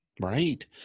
right